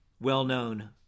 well-known